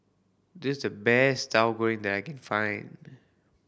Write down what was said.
this the best Tauhu Goreng that I can find